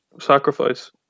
sacrifice